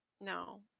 No